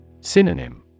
Synonym